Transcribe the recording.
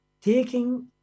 Taking